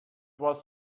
was